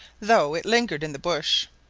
though it lingered in the bush.